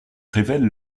révèlent